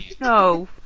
No